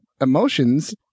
emotions